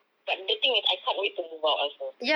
but the thing is I can't wait to move out also